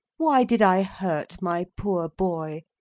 why did i hurt my poor boy?